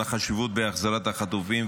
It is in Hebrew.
על החשיבות בהחזרת החטופים.